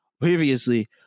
previously